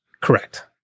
Correct